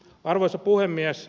arvoisa puhemies